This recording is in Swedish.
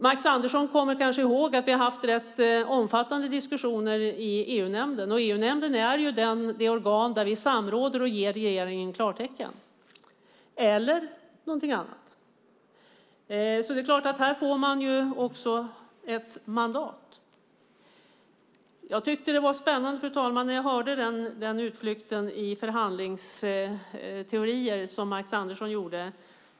Max Andersson kommer kanske ihåg att vi haft rätt omfattande diskussioner i EU-nämnden, och EU-nämnden är ju det organ där vi samråder och ger regeringen klartecken, eller någonting annat. Här får regeringen ett mandat. Det var spännande att lyssna på den utflykt i förhandlingsteorier som Max Andersson gjorde.